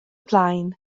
blaen